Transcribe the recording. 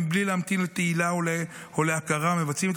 דרך שמירה על הסדר הציבורי ועד חילוץ במצבי חירום.